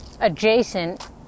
adjacent